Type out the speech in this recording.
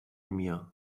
mir